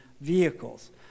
vehicles